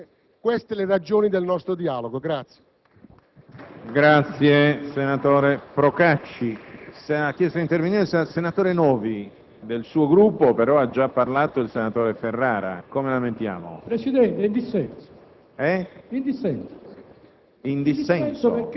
Su questo dobbiamo spingere tutti quanti. Ma negare che nella finanziaria dello scorso anno ed in questa ci siano scelte chiare a favore del Mezzogiorno, che eliminino quella pericolosa discrezionalità e che rendano automatici i sostegni,